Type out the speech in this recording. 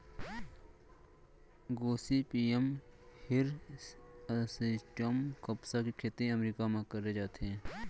Gossypium hirsutum कपसा के खेती अमेरिका म करे जाथे